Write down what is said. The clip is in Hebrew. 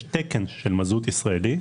יש תקן של מזוט ישראלי.